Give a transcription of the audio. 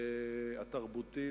התרבותית,